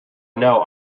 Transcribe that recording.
know